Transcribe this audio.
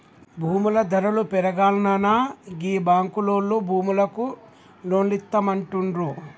భూముల ధరలు పెరుగాల్ననా గీ బాంకులోల్లు భూములకు లోన్లిత్తమంటుండ్రు